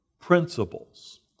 principles